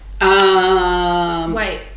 white